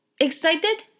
excited